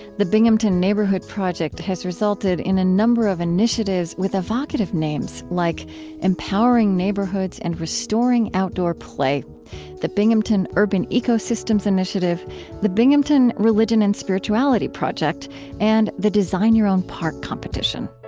the binghamton neighborhood project has resulted in a number of initiatives with evocative names like empowering neighborhoods and restoring outdoor play the binghamton urban ecosystems initiative the binghamton religion and spirituality project and the design your own park competition